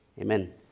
Amen